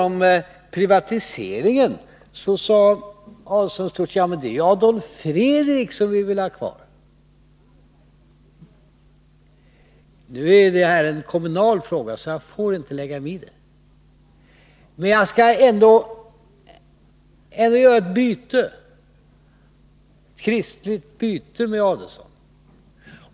Om privatiseringen sade Ulf Adelsohn: Det är Adolf Fredrik vi vill ha kvar. Nu är det en kommunal fråga, så jag får inte lägga mig i den. Men jag skall göra ett kristligt byte med Ulf Adelsohn.